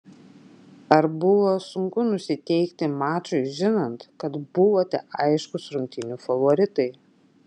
ar buvo sunku nusiteikti mačui žinant kad buvote aiškūs rungtynių favoritai